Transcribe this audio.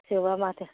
जोबा माथो